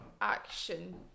action